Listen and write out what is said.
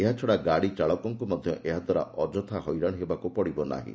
ଏହାଛଡ଼ା ଗାଡ଼ି ଚାଳକମାନଙ୍କୁ ମଧ୍ୟ ଏହାଦ୍ୱାରା ଅଯଥା ହଇରାଣ ହେବାକୁ ପଡ଼ିବ ନାହିଁ